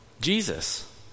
Jesus